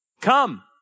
Come